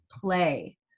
play